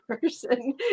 person